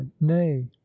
nay